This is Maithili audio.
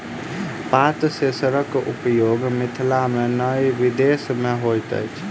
पात सेंसरक उपयोग मिथिला मे नै विदेश मे होइत अछि